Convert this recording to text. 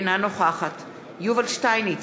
אינה נוכחת יובל שטייניץ,